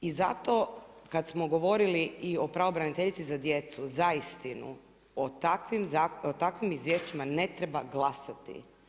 I zato, kad smo govorili i o pravobraniteljici za djecu, zaista, o takvim izvješćima ne treba glasati.